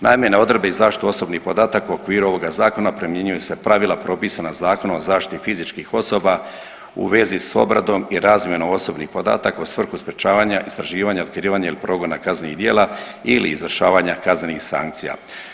Naime, odredbe o zaštiti osobnih podataka u okviru ovoga zakona primjenjuju se pravila propisana Zakonom o zaštiti fizičkih osoba u vezi sa obradom i razmjenom osobnih podataka u svrhu sprječavanja istraživanja, otkrivanja ili progona kaznenih djela ili izvršavanja kaznenih sankcija.